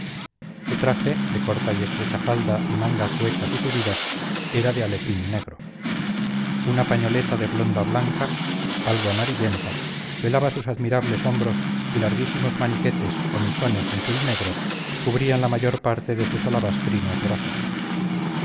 su traje de corta y estrecha falda y mangas huecas y subidas era de alepín negro una pañoleta de blonda blanca algo amarillenta velaba sus admirables hombros y larguísimos maniquetes o mitones de tul negro cubrían la mayor parte de sus alabastrinos brazos